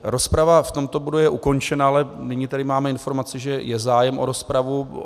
Rozprava v tomto bodu je ukončena, ale nyní tady máme informaci, že je zájem o rozpravu.